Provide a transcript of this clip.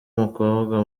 umukobwa